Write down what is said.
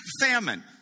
famine